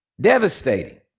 Devastating